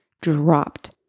dropped